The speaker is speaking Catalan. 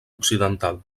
occidental